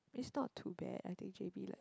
it's not too bad I think j_b like